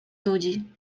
nudzi